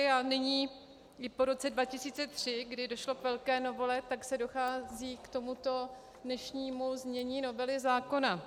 A nyní i po roce 2003, kdy došlo k velké novele, tak zde dochází k tomuto dnešnímu znění novely zákona.